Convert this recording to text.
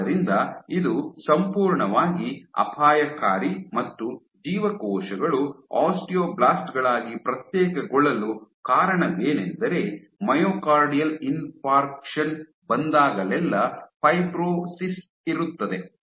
ಆದ್ದರಿಂದ ಇದು ಸಂಪೂರ್ಣವಾಗಿ ಅಪಾಯಕಾರಿ ಮತ್ತು ಜೀವಕೋಶಗಳು ಆಸ್ಟಿಯೋಬ್ಲಾಸ್ಟ್ ಗಳಾಗಿ ಪ್ರತ್ಯೇಕಗೊಳ್ಳಲು ಕಾರಣವೇನೆಂದರೆ ಮಯೋಕಾರ್ಡಿಯಲ್ ಇನ್ಫಾರ್ಕ್ಷನ್ ಬಂದಾಗಲೆಲ್ಲಾ ಫೈಬ್ರೋಸಿಸ್ ಇರುತ್ತದೆ